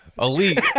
elite